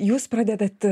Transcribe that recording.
jūs pradedat